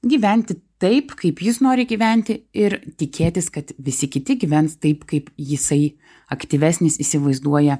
gyventi taip kaip jis nori gyventi ir tikėtis kad visi kiti gyvens taip kaip jisai aktyvesnis įsivaizduoja